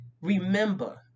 Remember